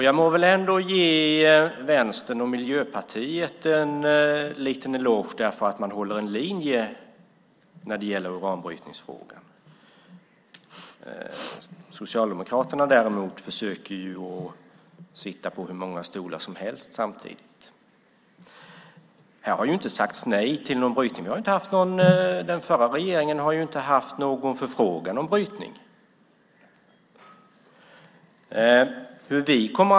Jag må väl ge Vänstern och Miljöpartiet en liten eloge för att de ändå håller en linje i uranbrytningsfrågan. Socialdemokraterna däremot försöker sitta på hur många stolar som helst samtidigt. Här har inte sagts nej till någon brytning. Den förra regeringen hade ingen förfrågan om brytning.